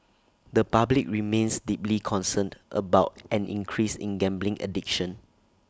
the public remains deeply concerned about an increase in gambling addiction